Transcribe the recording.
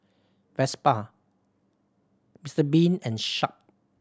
Vespa Mister Bean and Sharp